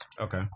Okay